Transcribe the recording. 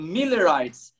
Millerites